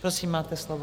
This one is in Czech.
Prosím, máte slovo.